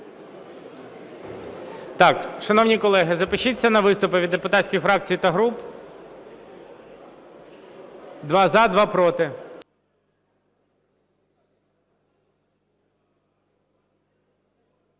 Шановні колеги, запишіться на виступи від депутатських фракцій та груп: два – за, два – проти.